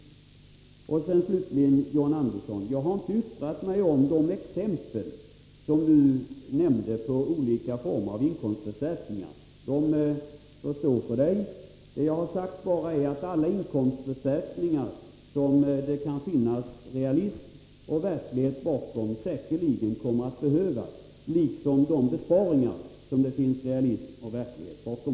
Slutligen vill jag säga till John Andersson, att jag inte har yttrat mig om de exempel som han nämnde på olika former av inkomstförstärkningar. De får stå för honom själv. Det jag har sagt är att alla inkomstförstärkningar som det kan finnas realism och verklighet bakom säkerligen kommer att behövas, liksom de besparingar som det finns realism och verklighet bakom.